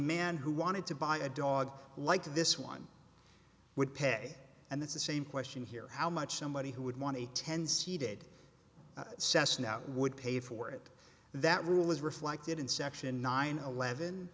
man who wanted to buy a dog like this one would pay and that's the same question here how much somebody who would want a ten seated sesno would pay for it that rule is reflected in section nine eleven